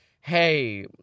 hey